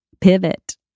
Pivot